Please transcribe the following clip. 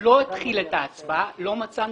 אני לא מקבל